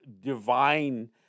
divine